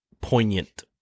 poignant